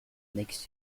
next